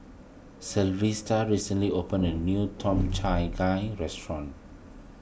Sylvester recently opened a new Tom Gai restaurant